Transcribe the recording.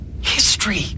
history